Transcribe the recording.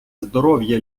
здоров’я